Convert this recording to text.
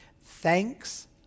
Thanks